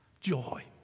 joy